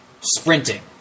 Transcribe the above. sprinting